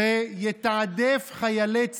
שיתעדף חיילי צה"ל,